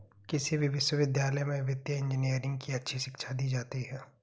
किसी भी विश्वविद्यालय में वित्तीय इन्जीनियरिंग की अच्छी शिक्षा दी जाती है